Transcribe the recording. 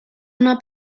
una